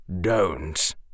don't